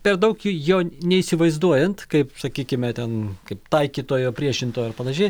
per daug jo neįsivaizduojant kaip sakykime ten kaip taikytojo priešintojo ar panašiai